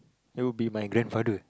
that would be my grandfather